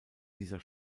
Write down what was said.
dieser